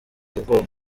ubwoko